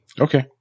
Okay